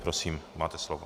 Prosím, máte slovo.